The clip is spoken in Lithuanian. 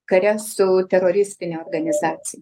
kare su teroristine organizacija